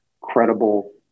credible